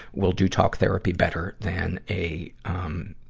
will do talk therapy better than a, um,